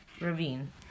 Ravine